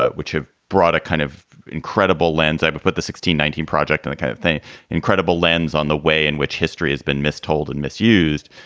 ah which have brought a kind of incredible lens. i but put the sixteen nineteen project in and the kind of thing incredible lens on the way in which history has been mis told and misused.